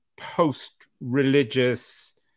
post-religious